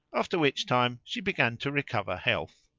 after which time she began to recover health.